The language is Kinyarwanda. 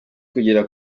kugera